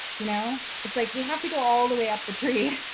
you know. it's like, we have to go all the way up the tree